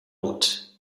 hôte